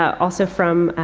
also from, ah,